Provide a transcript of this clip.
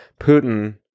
Putin